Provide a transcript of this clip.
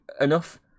enough